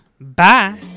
bye